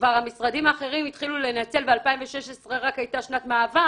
שכבר המשרדים האחרים התחילו לנצל ו-2016 היתה רק שנת מעבר